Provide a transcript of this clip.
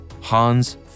Hans